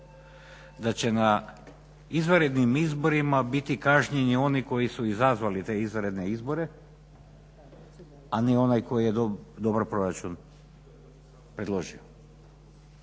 da će na izvanrednim izborima biti kažnjeni oni koji su izazvali te izvanredne izbore, a ne onaj koji je dobro proračun predložio.